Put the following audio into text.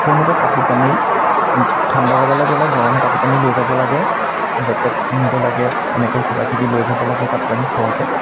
সেইমতে কাপোৰ কানি ঠাণ্ডা জেগালৈ গ'লে গৰম কাপোৰ কানি লৈ যাব লাগে জেকেট নিব লাগে এনেকৈ কিবাকিবি লৈ যাব লাগে কাপোৰ কানি সৰহকৈ